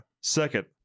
second